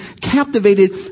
captivated